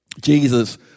Jesus